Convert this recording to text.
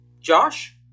Josh